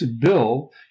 bill